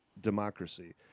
democracy